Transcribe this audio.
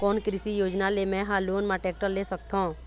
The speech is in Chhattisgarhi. कोन कृषि योजना ले मैं हा लोन मा टेक्टर ले सकथों?